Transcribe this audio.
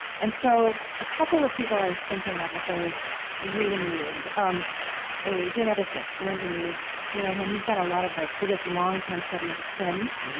and so a couple of people i was thinking of as i was reading you, and um a geneticist, lindon eaves, do you know him? he's done a lot of the biggest long-term studies of twins,